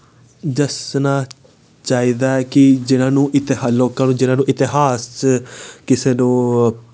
दस्सना चाहिदा ऐ कि जि'नें गी लोकें गी जि'नें गी इतिहास च कुसै गी